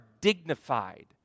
dignified